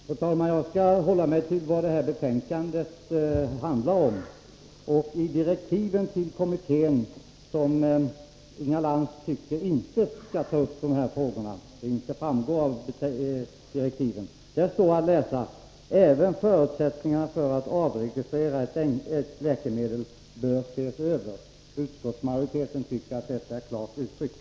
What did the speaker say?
Fru talman! Jag skall hålla mig till det som betänkandet handlar om. Inga Lantz tycker inte att det av direktiven till kommittén framgår att den skall ta upp de här frågorna. I direktiven står emellertid att läsa: Även förutsättningarna för att avregistrera ett läkemedel bör ses över. — Utskottsmajoriteten tycker att detta är klart utttryckt.